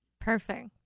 Perfect